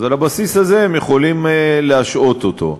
אז על הבסיס הזה הם יכולים להשעות אותו.